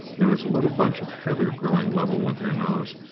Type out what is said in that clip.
there was a little bunch of heather growing level with her nose,